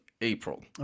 April